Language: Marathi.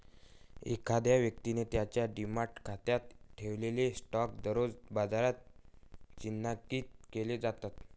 एखाद्या व्यक्तीने त्याच्या डिमॅट खात्यात ठेवलेले स्टॉक दररोज बाजारात चिन्हांकित केले जातात